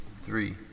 three